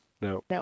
No